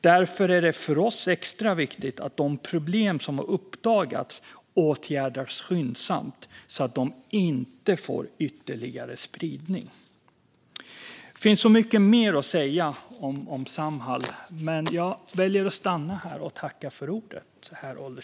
Därför är det för oss extra viktigt att de problem som har uppdagats skyndsamt åtgärdas så att de inte får ytterligare spridning. Det finns mycket mer att säga om Samhall, men jag väljer att stanna här.